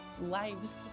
lives